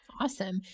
Awesome